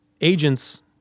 agents